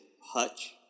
Hutch